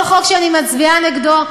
כל חוק שאני מצביעה נגדו,